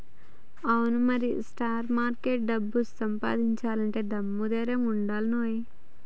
అవును మరి స్టాక్ మార్కెట్లో డబ్బు సంపాదించాలంటే దమ్ము ధైర్యం ఉండానోయ్